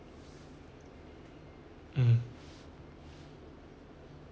mm